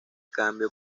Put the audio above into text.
cambio